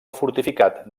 fortificat